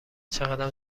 چقدم